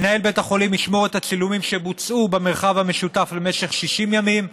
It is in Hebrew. מנהל בית החולים ישמור את הצילומים שבוצעו במרחב המשותף למשך 60 ימים,